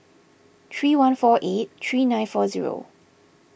three one four eight three nine four zero